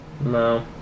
No